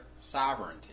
sovereignty